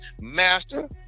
Master